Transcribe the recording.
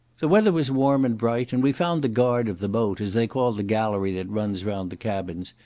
the weather was warm and bright, and we found the guard of the boat, as they call the gallery that runs round the cabins,